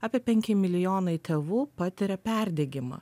apie penki milijonai tėvų patiria perdegimą